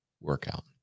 workout